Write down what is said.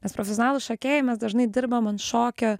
nes profesionalūs šokėjai mes dažnai dirbam ant šokio